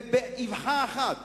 ובאבחה אחת